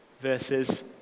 versus